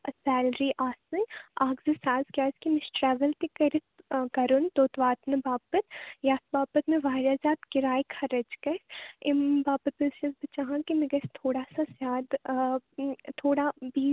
salary آسٕنۍ اَکھ زٕ ساس کیٛازکہِ مےٚ چھِ ٹرٛاوٕل تہِ کٔرِتھ آ تہِ کَرُن توٚت واتنہٕ باپَتھ یَتھ باپَتھ مےٚ واریاہ زیادٕ کِراے خرٕچ گَژھِ اَمہِ باپَتھ حظ چھَس بہٕ چاہان کہِ مےٚ گَژھِ تھوڑا سا زیادٕ تھوڑا بیٚیہِ